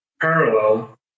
parallel